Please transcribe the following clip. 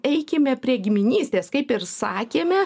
eikime prie giminystės kaip ir sakėme